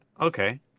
Okay